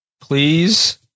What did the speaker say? please